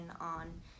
on